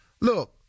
Look